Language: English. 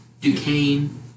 Duquesne